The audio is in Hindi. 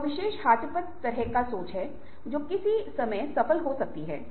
उनके प्रति निष्पक्ष रहो जो तुम्हारे लिए उचित हैं